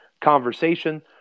conversation